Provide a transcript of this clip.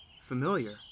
familiar